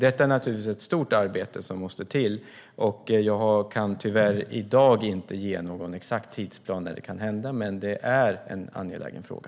Det är naturligtvis ett stort arbete som måste till för detta, och jag kan tyvärr inte i dag ge någon exakt tidsplan. Men det är en angelägen fråga.